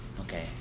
Okay